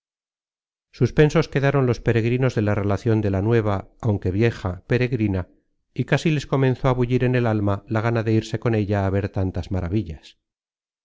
suspensos quedaron los peregrinos de la relacion de la nueva aunque vieja peregrina y casi les comenzó a bullir en el alma la gana de irse con ella á ver tantas maravillas